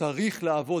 צריך לעבוד.